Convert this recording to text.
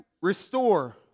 Restore